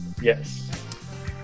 Yes